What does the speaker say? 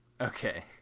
Okay